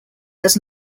does